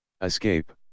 escape